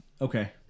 Okay